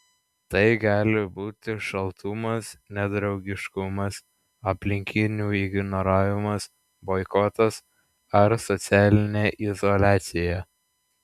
tai gali būti šaltumas nedraugiškumas aplinkinių ignoravimas boikotas ar socialinė izoliacija